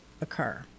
occur